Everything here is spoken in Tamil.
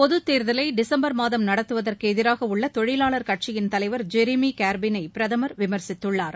பொதுத் தேர்தலை டிசும்பர் மாதம் நடத்துவதற்கு எதிராக உள்ள தொழிவாளர் கட்சியின் தலைவர் ஜெர்மி கார்பினை பிரதமர் விமர்சித்துள்ளார்